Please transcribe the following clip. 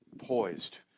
poised